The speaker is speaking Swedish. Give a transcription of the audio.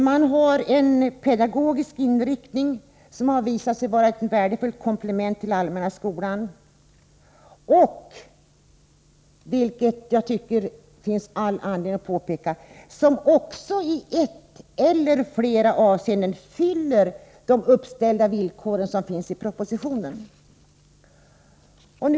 Man har en pedagogisk inriktning som har visat sig vara ett värdefullt komplement till den allmänna skolan och, vilket jag tycker det finns all anledning att påpeka, som också i ett eller flera avseenden uppfyller de villkor som ställts i propositionen.